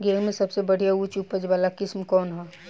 गेहूं में सबसे बढ़िया उच्च उपज वाली किस्म कौन ह?